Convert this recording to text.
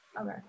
Okay